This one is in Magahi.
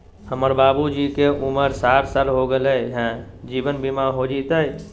हमर बाबूजी के उमर साठ साल हो गैलई ह, जीवन बीमा हो जैतई?